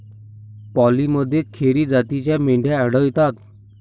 पालीमध्ये खेरी जातीच्या मेंढ्या आढळतात